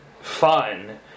fun